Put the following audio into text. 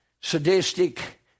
sadistic